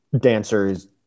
dancers